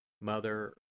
Mother